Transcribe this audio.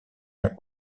ont